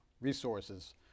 resources